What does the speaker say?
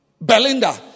Belinda